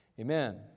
amen